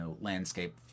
landscape